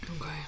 Okay